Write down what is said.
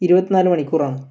ഇരുപത്തി നാല് മണിക്കൂറാണ്